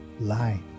lie